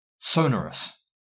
Sonorous